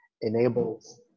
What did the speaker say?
enables